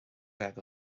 bheith